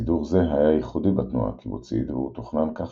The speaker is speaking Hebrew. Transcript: סידור זה היה ייחודי בתנועה הקיבוצית והוא תוכנן כך